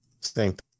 Stink